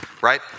Right